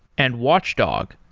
and watchdog,